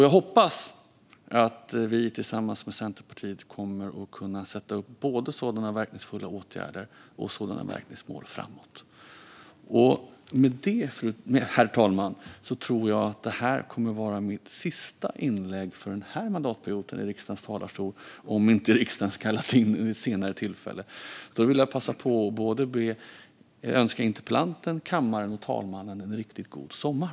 Jag hoppas att vi tillsammans med Centerpartiet kommer att kunna sätta upp sådana verkningsfulla åtgärder och mål framöver. Herr talman! Jag tror att detta kommer att vara mitt sista inlägg från riksdagens talarstol under denna mandatperiod, såvida inte riksdagen kallas in vid ett senare tillfälle. Jag vill därför passa på att önska både interpellanten, kammaren och talmannen en riktigt god sommar.